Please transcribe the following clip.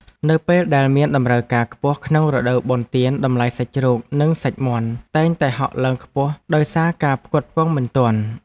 នៅពេលដែលមានតម្រូវការខ្ពស់ក្នុងរដូវបុណ្យទានតម្លៃសាច់ជ្រូកនិងសាច់មាន់តែងតែហក់ឡើងខ្ពស់ដោយសារការផ្គត់ផ្គង់មិនទាន់។